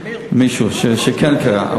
מישהו שכן קרא.